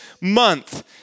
month